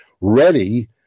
ready